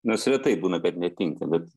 nors retai būna kad netinka bet